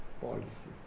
policy